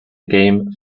game